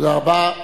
תודה רבה.